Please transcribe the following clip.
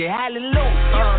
hallelujah